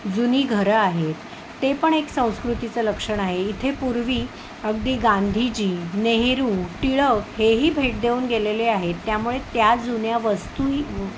जुनी घरं आहेत ते पण एक संस्कृतीचं लक्षण आहे इथे पूर्वी अगदी गांधीजी नेहरू टिळक हेही भेट देऊन गेलेले आहेत त्यामुळे त्या जुन्या वस्तूही